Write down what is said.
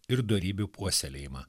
ir dorybių puoselėjimą